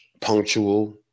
punctual